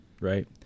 right